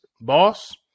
boss